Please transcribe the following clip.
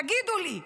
תגידו לי.